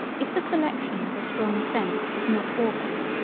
if the selection of a strong scent is not awkward,